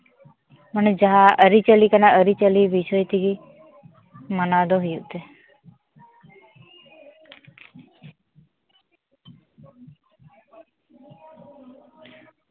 ᱢᱟᱱᱮ ᱡᱟᱦᱟᱸ ᱟᱹᱨᱤᱪᱟᱹᱞᱤ ᱠᱟᱱᱟ ᱟᱹᱨᱤᱪᱟᱹᱞᱤ ᱵᱤᱥᱚᱭ ᱛᱮᱜᱮ ᱢᱟᱱᱟᱣ ᱫᱚ ᱦᱩᱭᱩᱜ ᱛᱮ